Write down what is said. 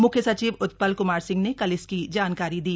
मुख्य सचिव उत्पल कुमार सिंह ने कल इसकी जानकारी दी